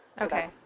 Okay